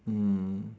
mm